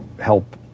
help